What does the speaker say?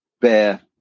bear